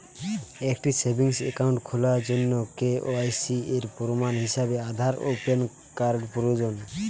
একটি savings account খোলার জন্য কে.ওয়াই.সি এর প্রমাণ হিসাবে আধার ও প্যান কার্ড প্রয়োজন